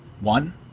One